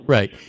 Right